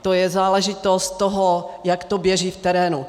To je záležitost toho, jak to běží v terénu.